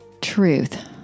truth